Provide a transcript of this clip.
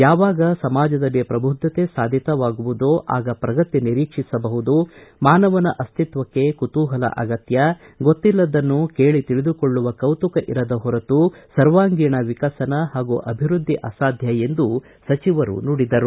ಯಾವಾಗ ಸಮಾಜದಲ್ಲಿ ಪ್ರಬುದ್ಧತೆ ಸಾಧಿಸಲಾಗುವುದೋ ಆಗ ಪ್ರಗತಿ ನಿರೀಕ್ಷಿಸಬಹುದು ಮಾನವನ ಅಸ್ತಿತ್ವಕ್ಷೆ ಕುತೂಹಲ ಅಗತ್ಯ ಗೊತ್ತಿಲ್ಲದನ್ನು ಕೇಳಿ ತಿಳಿದುಕೊಳ್ಳುವ ಕೌತುಕ ಇರದ ಹೊರತು ಸರ್ವಾಂಗೀಣ ವಿಕಸನ ಹಾಗೂ ಅಭಿವೃದ್ದಿ ಅಸಾಧ್ಯ ಎಂದು ಸಚಿವರು ನುಡಿದರು